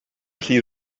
felly